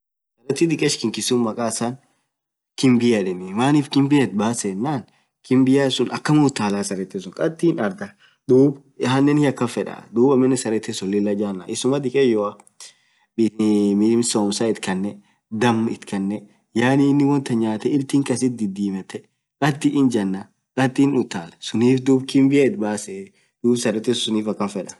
sareeti dikech kinki suun makka issan kiimbii edeenii maanif itbasse kimbia ennan hiiakan uttalaa akama ardhaa.duub anen hiiakan fedda issuma dikayoa min somsaa itkanee daam itkanee nyatee iltin kasit didimetee kati inin janaa suniif akaan feeda.